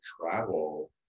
travel